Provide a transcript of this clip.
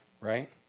Right